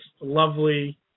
lovely